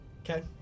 Okay